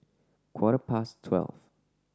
quarter past twelve